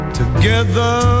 together